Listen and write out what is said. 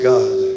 God